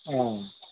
अँ